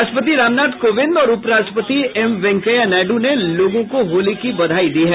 राष्ट्रपति रामनाथ कोविंद और उप राष्ट्रपति एम वेंकैया नायडू ने लोगों को होली की बधाई दी है